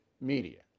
media